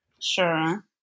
Sure